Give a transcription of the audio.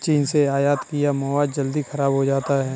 चीन से आयत किया मोबाइल जल्दी खराब हो जाता है